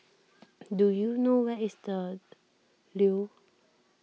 do you know where is the Leo